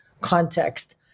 context